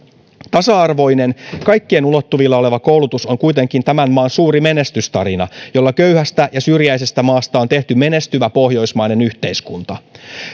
tasa arvoinen kaikkien ulottuvilla oleva koulutus on kuitenkin tämän maan suuri menestystarina jolla köyhästä ja syrjäisestä maasta on tehty menestyvä pohjoismainen yhteiskunta